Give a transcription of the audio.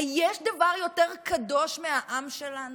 היש דבר יותר קדוש מהעם שלנו?